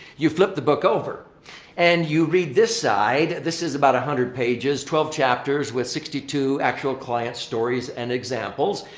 you flip the book over and you read this side. this is about one hundred pages, twelve chapters, with sixty two actual client stories and examples.